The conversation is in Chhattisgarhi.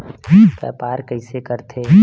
व्यापार कइसे करथे?